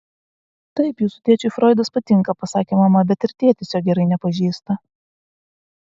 taip jūsų tėčiui froidas patinka pasakė mama bet ir tėtis jo gerai nepažįsta